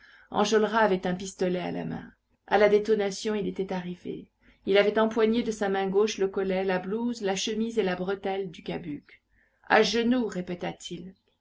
enjolras avait un pistolet à la main à la détonation il était arrivé il avait empoigné de sa main gauche le collet la blouse la chemise et la bretelle du cabuc à genoux répéta-t-il